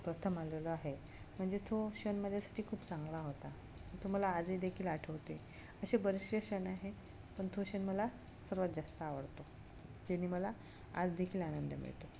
प्रथम आलेला आहे म्हणजे तो क्षण माझ्यासाठी खूप चांगला होता तो मला आजही देखील आठवते असे बरेचसे क्षण आहे पण तो क्षण मला सर्वात जास्त आवडतो ज्याने मला आजदेखील आनंद मिळतो